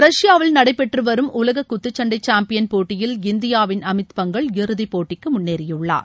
ரஷ்பாவில் நடைபெற்று வரும் உலக குத்துச்சண்டை சாம்பியன் போட்டியில் இந்தியாவின் அமித் பங்கல் இறுதிப் போட்டிக்கு முன்னேறியுள்ளார்